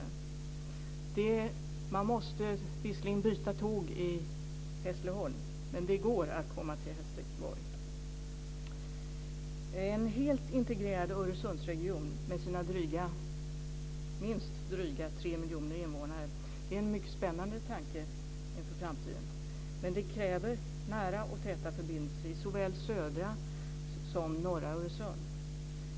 Visserligen måste man byta tåg i Hässleholm men det går att komma till Helsingborg. En helt integrerad Öresundsregion med minst drygt tre miljoner invånare är en mycket spännande tanke inför framtiden men detta kräver nära och täta förbindelser i såväl södra som norra Öresund.